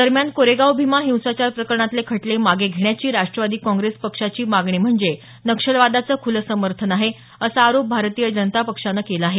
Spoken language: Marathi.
दरम्यान कोरेगाव भीमा हिंसाचार प्रकरणातले खटले मागे घेण्याची राष्ट्रवादी काँग्रेस पक्षाची मागणी म्हणजे नक्षलवादाचं खूलं समर्थन आहे असा आरोप भारतीय जनता पक्षानं केला आहे